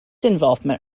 involvement